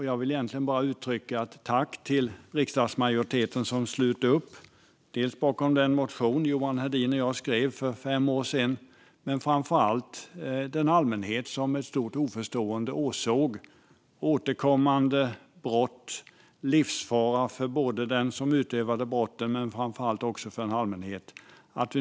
Jag vill egentligen bara uttrycka ett tack till riksdagsmajoriteten som sluter upp bakom dels den motion som Johan Hedin och jag skrev för fem år sedan, dels den allmänhet som med stort oförstående åsåg återkommande brott, livsfara både för den som stod bakom brotten och framför allt för en allmänhet.